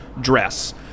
dress